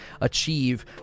achieve